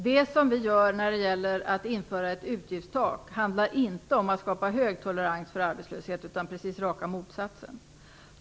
Fru talman! När vi inför ett utgiftstak gör vi det inte för att skapa hög tolerans för arbetslöshet, utan precis raka motsatsen.